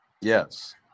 yes